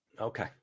Okay